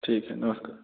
ठीक है नमस्कार